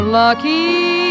lucky